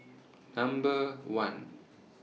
Number one